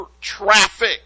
traffic